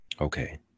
Okay